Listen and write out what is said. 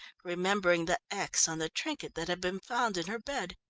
remembering the x on the trinket that had been found in her bed.